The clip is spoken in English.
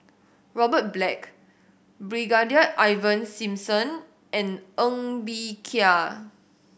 Robert Black Brigadier Ivan Simson and Ng Bee Kia